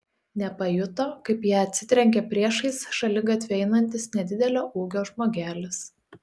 nepajuto kaip į ją atsitrenkė priešais šaligatviu einantis nedidelio ūgio žmogelis